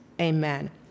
Amen